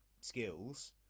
skills